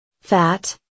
fat